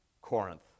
Corinth